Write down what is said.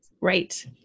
Right